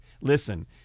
Listen